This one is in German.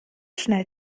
schnell